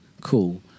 cool